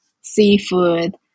seafood